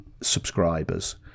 subscribers